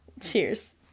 Cheers